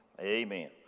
Amen